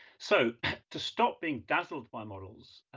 so to stop being dazzled by models,